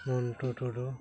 ᱢᱚᱱ ᱴᱩ ᱴᱩᱰᱩ